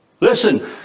Listen